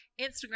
Instagram